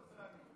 תודה רבה.